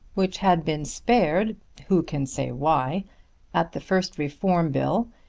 which had been spared who can say why at the first reform bill,